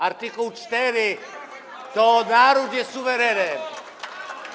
Art. 4 - to naród jest suwerenem.